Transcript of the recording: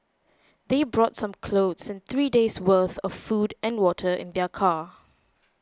they brought some clothes and three days' worth of food and water in their car